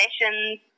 sessions